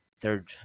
third